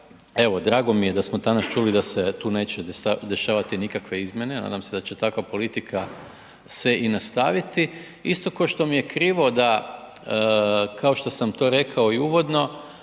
evo drago mi je da smo danas čuli da se tu neće dešavati nikakve izmjene, nadam se da će takva politika se i nastaviti, isto ko što mi je krivo da, kao što sam to rekao i uvodno